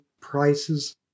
prices